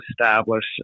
establish